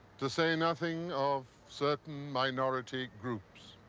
to say nothing of certain minority groups.